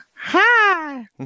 hi